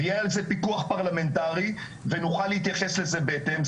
ויהיה על זה פיקוח פרלמנטרי ונוכל להתייחס לזה בהתאם,